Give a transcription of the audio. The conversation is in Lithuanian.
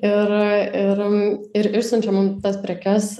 ir ir ir išsiunčia mum tas prekes